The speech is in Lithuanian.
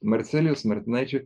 marcelijaus martinaičio